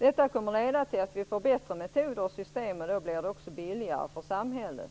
Detta kommer att leda till att vi får bättre metoder och system, men då blir det också billigare för samhället.